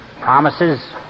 promises